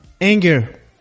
Anger